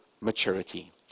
maturity